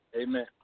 Amen